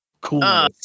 cool